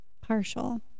partial